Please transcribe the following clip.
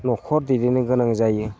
न'खर दैदेननो गोनां जायो